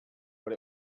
but